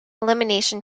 elimination